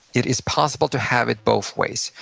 it is possible to have it both ways.